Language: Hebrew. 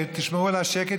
תשמרו על השקט,